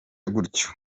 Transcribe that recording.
gutyo